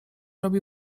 robi